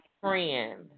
friend